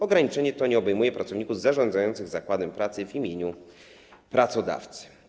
Ograniczenie to nie obejmuje pracowników zarządzających zakładem pracy w imieniu pracodawcy.